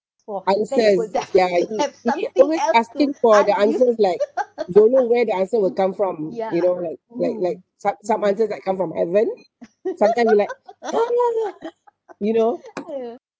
understand ya he he always asking for the answers like don't know where the answer will come from you know like like like some some answers like come from even sometime like come on lah you know